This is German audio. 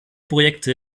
projekte